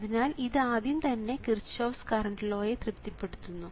അതിനാൽ ഇത് ആദ്യം തന്നെ കിർച്ചഹോഫ്സ് കറണ്ട് ലോ യെ തൃപ്തിപ്പെടുത്തുന്നു